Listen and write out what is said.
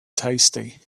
tasty